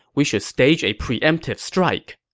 we should stage a preemptive strike.